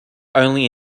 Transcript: only